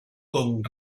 con